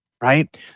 right